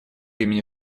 имени